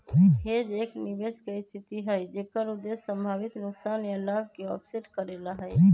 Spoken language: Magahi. हेज एक निवेश के स्थिति हई जेकर उद्देश्य संभावित नुकसान या लाभ के ऑफसेट करे ला हई